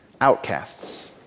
Outcasts